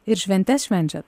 ir šventes švenčiat